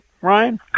Ryan